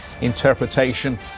interpretation